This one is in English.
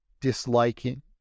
disliking